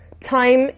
time